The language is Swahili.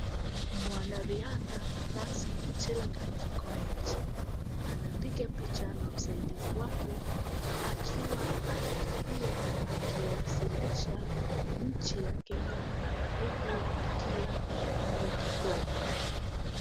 Mwanariadha Nancy Chelangat Koech anapiga picha na msaidizi wake, akiwa anakimbia akiwasilisha nchi ya Kenya uku akiwa ni kipofu.